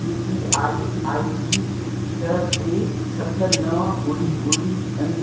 UPI ID छह टे सत नव ॿुड़ी ॿुड़ी पंज